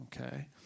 okay